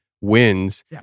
wins